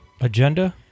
agenda